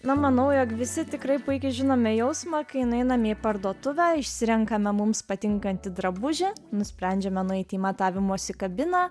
na manau jog visi tikrai puikiai žinome jausmą kai nueiname į parduotuvę išsirenkame mums patinkantį drabužį nusprendžiame nueiti į matavimosi kabiną